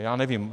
Já nevím.